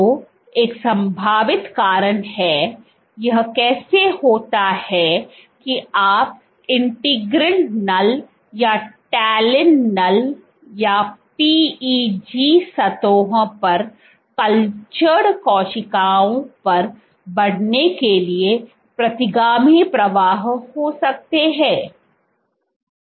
तो एक संभावित कारण है यह कैसे होता है कि आप इंटीग्रिन नल या टैलिन नल या PEG सतहों पर कलचॅड कोशिकाओं पर बढ़ने के लिए प्रतिगामी प्रवाह हो सकते हैं